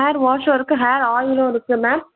hair வாஷ்ஷும் இருக்குது hair ஆயிலும் இருக்குது மேம்